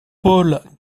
paul